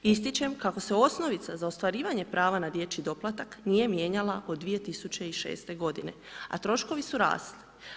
Ističem kako se osnovica za ostvarivanje prava na dječji doplatak nije mijenjala od 2006. godine a troškovi su rasli.